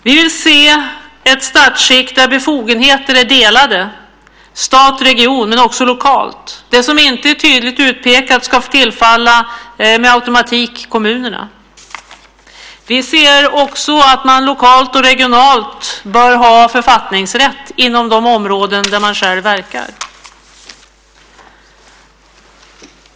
Vi vill se ett statsskick där befogenheter är delade mellan stat och region men också lokalt. Det som inte är tydligt utpekat ska med automatik tillfalla kommunerna. Vi säger vidare att man lokalt och regionalt bör ha författningsrätt inom de områden där man själv verkar.